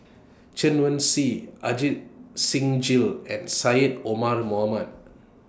Chen Wen Hsi Ajit Singh Gill and Syed Omar Mohamed